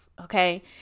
Okay